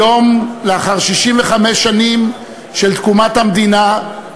היום, לאחר 65 שנים של תקומת המדינה,